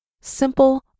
simple